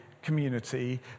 community